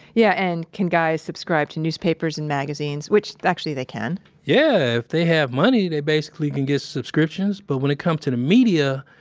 yeah, and can guys subscribe to newspapers and magazines? which, actually, they can yeah, if they have money. they basically can get subscriptions, but when it comes to the media,